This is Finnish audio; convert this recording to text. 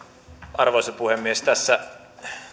arvoisa puhemies tässä